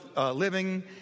living